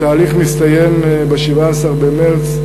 התהליך מסתיים ב-17 במרס.